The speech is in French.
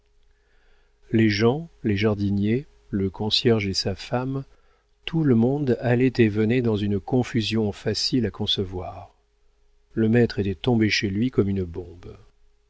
les gens les jardiniers le concierge et sa femme tout le monde allait et venait dans une confusion facile à concevoir le maître était tombé chez lui comme une bombe